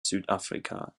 südafrika